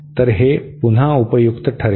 तर हे पुन्हा उपयुक्त ठरेल